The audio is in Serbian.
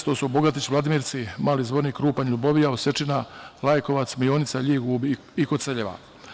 To su Bogatić, Vladimirci, Mali Zvornik, Krupanj, LJubovija, Osečina, Lajkovac, Mionica, LJig, Ub i Koceljeva.